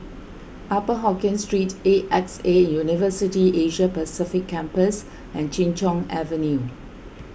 Upper Hokkien Street A X A University Asia Pacific Campus and Chin Cheng Avenue